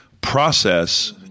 process